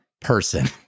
person